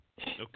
Okay